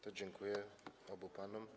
To dziękuję obu panom.